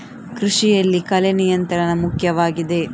ಕೃಷಿಯಲ್ಲಿ ಕಳೆ ನಿಯಂತ್ರಣ ಮುಖ್ಯವಾಗಿದೆ